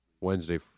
Wednesday